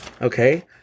Okay